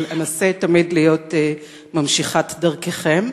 אבל אנסה תמיד להיות ממשיכת דרככם.